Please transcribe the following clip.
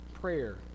prayer